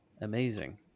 Amazing